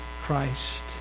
Christ